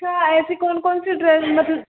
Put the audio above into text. अच्छा ऐसी कौन कौन सी ड्रेस मतलब